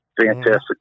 fantastic